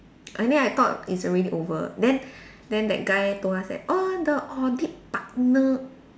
and then I thought it's already over then then that guy told us that orh the audit partner